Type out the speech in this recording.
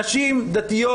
נשים דתיות,